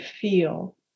feel